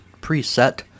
preset